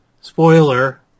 spoiler